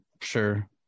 Sure